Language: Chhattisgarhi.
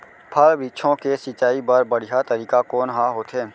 फल, वृक्षों के सिंचाई बर बढ़िया तरीका कोन ह होथे?